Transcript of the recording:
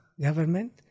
government